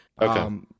Okay